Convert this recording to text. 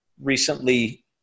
Recently